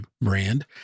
brand